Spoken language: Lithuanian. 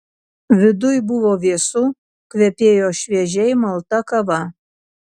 viduj buvo vėsu kvepėjo šviežiai malta kava